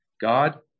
God